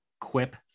quip